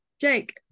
Jake